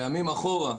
ימים אחורה,